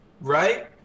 right